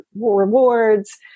rewards